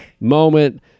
moment